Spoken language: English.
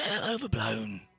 Overblown